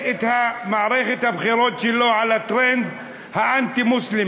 את מערכת הבחירות שלו על הטרנד האנטי-מוסלמי.